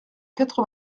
quatre